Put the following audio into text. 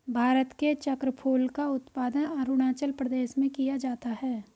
भारत में चक्रफूल का उत्पादन अरूणाचल प्रदेश में किया जाता है